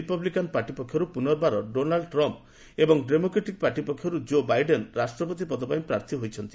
Republican party ପକ୍ଷରୁ ପୁନର୍ବାର Donald Trump ଏବଂ ଡେମୋକ୍ରାଟିକ୍ ପାର୍ଟି ପକ୍ଷରୁ ଜୋ ବାଇଡେନ୍ ରାଷ୍ଟ୍ରପତି ପଦ ପାଇଁ ପାର୍ଥୀ ହୋଇଛନ୍ତି